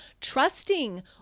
trusting